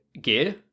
gear